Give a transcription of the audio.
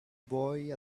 boy